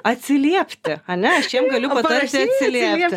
atsiliepti ane aš jiem galiu patarti atsiliepti